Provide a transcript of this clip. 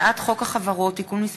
הצעת חוק החברות (תיקון מס'